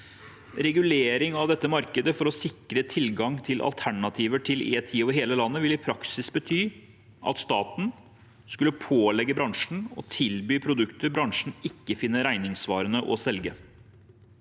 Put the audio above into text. Regulering av dette markedet for å sikre tilgang til alternativer til E10 over hele landet vil i praksis bety at staten skulle pålegge bransjen å tilby produkter bransjen